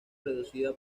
reducida